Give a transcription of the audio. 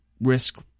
risk